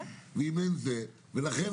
לכן,